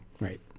right